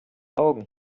augen